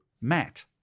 Matt